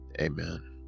Amen